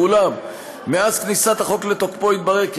ואולם מאז כניסת החוק לתוקפו התברר כי